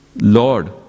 Lord